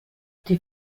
die